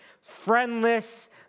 friendless